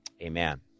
Amen